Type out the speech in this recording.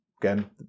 Again